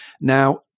Now